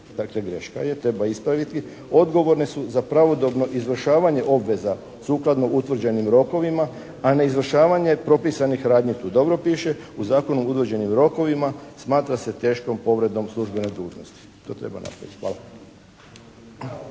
dakle greška je, treba ispraviti, odgovorne su za pravodobno izvršavanje obveza sukladno utvrđenim rokovima, a neizvršavanje propisanih radnji tu dobro piše u zakonu uređenim rokovima smatra se teškom povredom službene dužnosti. To treba napraviti. Hvala.